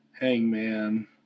Hangman